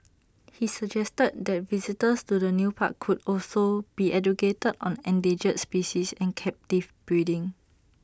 he suggested that visitors to the new park could also be educated on endangered species and captive breeding